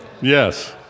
Yes